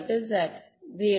R 0 சரி